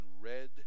red